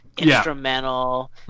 instrumental